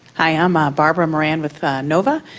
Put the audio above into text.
i'm ah barbara moran with nova.